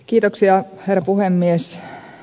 kiitoksia herra puhemies